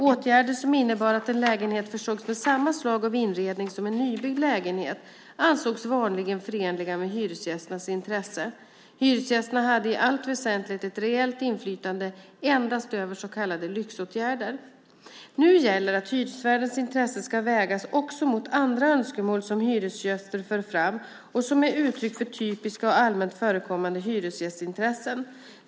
Åtgärder som innebar att en lägenhet försågs med samma slag av inredning som en nybyggd lägenhet ansågs vanligen förenliga med hyresgästernas intresse. Hyresgästerna hade i allt väsentligt ett reellt inflytande endast över så kallade lyxåtgärder. Nu gäller att hyresvärdens intresse ska vägas även mot andra önskemål som hyresgäster för fram och som är uttryck för typiska och allmänt förekommande hyresgästintressen.